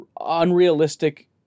unrealistic